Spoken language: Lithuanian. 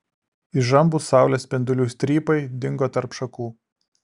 įžambūs saulės spindulių strypai dingo tarp šakų